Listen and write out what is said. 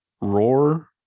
roar